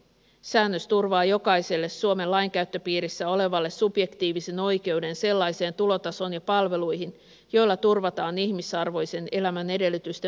säännös turvaa jokaiselle suomen lainkäyttöpiirissä olevalle subjektiivisen oikeuden sellaiseen tulotasoon ja palveluihin joilla turvataan ihmisarvoisen elämän edellytysten vähimmäistaso